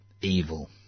evil